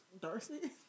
Darcy